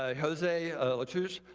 ah jose latouche,